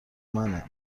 منه